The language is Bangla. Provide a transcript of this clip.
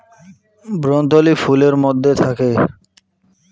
ভ্রূণথলি ফুলের মধ্যে থাকে